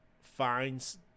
finds